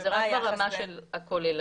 זה רק ברמה הכוללנית.